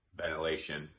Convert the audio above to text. ventilation